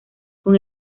con